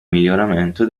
miglioramento